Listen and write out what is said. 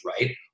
right